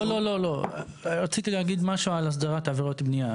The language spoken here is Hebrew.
לא, רציתי להגיד משהו על הסדרת עבירות בניה.